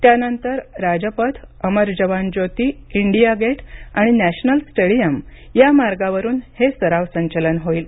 त्यानंतर Rajpath Amar Jawan Jyoti India Gate आणि National Stadium या मार्गावरून हे सराव संचलन होईल